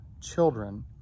children